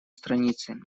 страницы